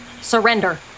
Surrender